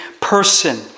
person